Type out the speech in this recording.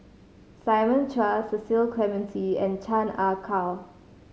Simon Chua Cecil Clementi and Chan Ah Kow